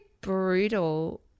brutal